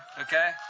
okay